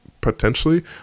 potentially